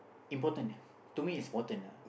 important ya to me is important ya